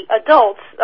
adults